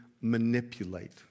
manipulate